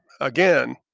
again